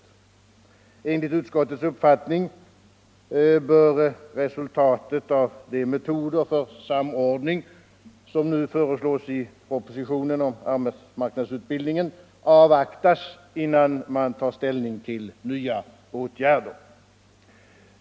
Enligt utskottets uppfattning bör resultatet av de metoder för samordning som nu föreslås i propositionen om arbetsmarknadsutbildningen avvaktas innan man tar ställning till nya åtgärder.